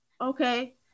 Okay